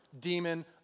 demon